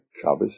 Shabbos